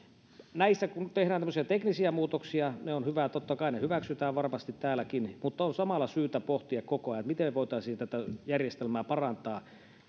näissä tehdään tämmöisiä teknisiä muutoksia totta kai ne hyväksytään varmasti täälläkin mutta on samalla syytä pohtia koko ajan miten voitaisiin tätä järjestelmää parantaa